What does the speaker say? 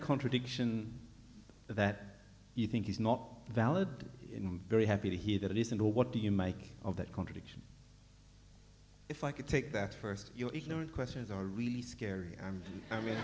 a contradiction that you think is not valid very happy to hear that listen or what do you make of that contradiction if i could take that first your ignorant questions are really scary i mean